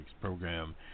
program